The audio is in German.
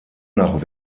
nach